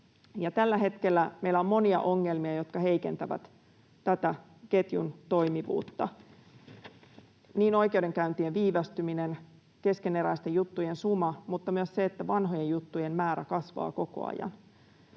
tällä hetkellä meillä on monia ongelmia, jotka heikentävät tätä ketjun toimivuutta — oikeudenkäyntien viivästyminen, keskeneräisten juttujen suma mutta myös se, että vanhojen juttujen määrä kasvaa koko ajan.